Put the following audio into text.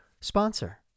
sponsor